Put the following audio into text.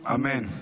אמן.